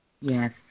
Yes